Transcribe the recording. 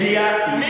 מי קיצץ, ?